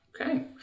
Okay